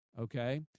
Okay